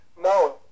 no